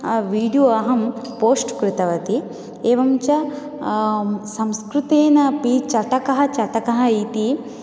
video अहं post कृतवती एवञ्च संस्कृतेनपि चटकः चटकः इति